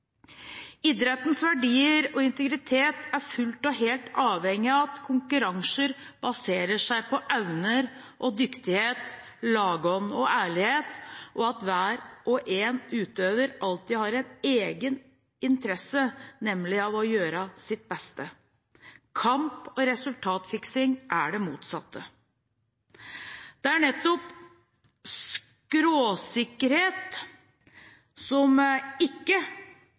Idrettens verdier og integritet er fullt og helt avhengig av at konkurranser baserer seg på evner og dyktighet, lagånd og ærlighet, og at hver og en utøver alltid har en egen interesse – nemlig å gjøre sitt beste. Kamp- og resultatfiksing er det motsatte. Det er nettopp skråsikkerhet som ikke